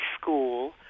school